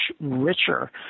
richer